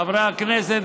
חברי הכנסת,